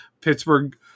Pittsburgh